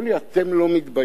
אמרו לי: אתם לא מתביישים?